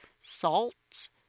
salts